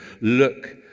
look